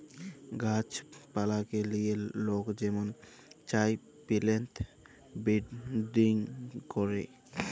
গাহাছ পালাকে লিয়ে লক যেমল চায় পিলেন্ট বিরডিং ক্যরে